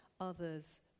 others